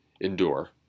endure